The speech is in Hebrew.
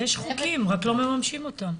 יש חוקים, רק לא מממשים אותם.